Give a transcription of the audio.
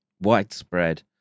widespread